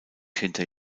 hinter